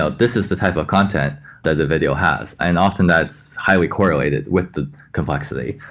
ah this is the type of content that the video has. and often, that's highly correlated with the complexity.